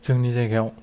जोंनि जायगायाव